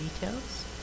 details